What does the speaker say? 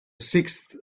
sixth